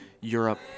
Europe